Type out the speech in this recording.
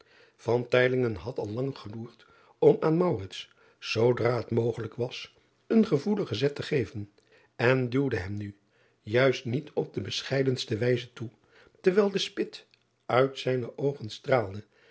had al lang geloerd om aan zoodra het mogelijk was een gevoeligen zet te geven en duwde driaan oosjes zn et leven van aurits ijnslager hem nu juist niet op de bescheidendste wijze toe terwijl de spit uit zijne oogen straalde